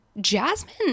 Jasmine